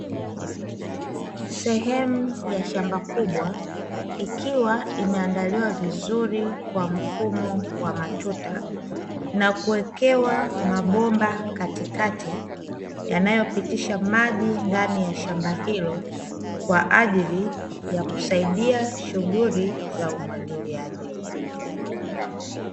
Sehemu ya shamba kubwa ikiwa imeandaliwa vizuri kwa mfumo wa matuta, na kuwekewa mabomba katikati yanayopitisha maji ndani ya shamba hilo kwaajili ya kusaidia shughuli za umwagiliaji.